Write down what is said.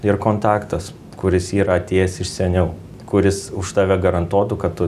ir kontaktas kuris yra atėjęs iš seniau kuris už tave garantuotų kad tu